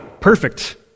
perfect